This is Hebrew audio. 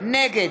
נגד